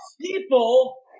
People